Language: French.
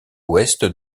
ouest